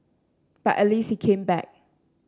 but at least he came back